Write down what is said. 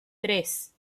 tres